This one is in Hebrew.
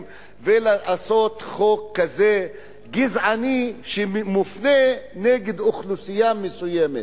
ולעשות חוק כזה גזעני שמופנה נגד אוכלוסייה מסוימת?